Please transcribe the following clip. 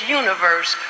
universe